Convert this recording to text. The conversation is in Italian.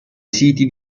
siti